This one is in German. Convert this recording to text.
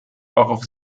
auf